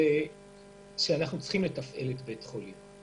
אנחנו צריכים לתפעל את בתי החולים.